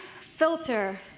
filter